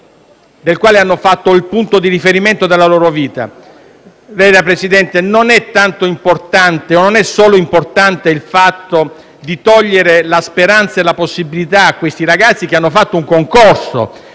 del quale hanno fatto il punto di riferimento della loro vita. Signor Presidente, non è tanto o solo importante il fatto di togliere la speranza e la possibilità a questi ragazzi che hanno fatto un concorso,